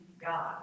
God